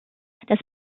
das